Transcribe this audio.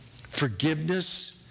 Forgiveness